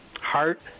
heart